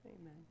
Amen